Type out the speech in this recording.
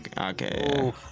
okay